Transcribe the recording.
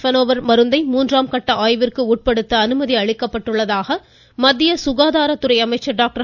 பெனோவிர் என்ற மருந்தை மூன்றாம் கட்ட ஆய்விற்கு உட்பட்ட அனுமதி அளிக்கப்பட்டுள்ளதாக மத்திய சுகாதாரத் துறை அமைச்சர் டாக்டர்